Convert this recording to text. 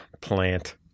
plant